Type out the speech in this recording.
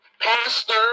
Pastor